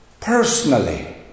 personally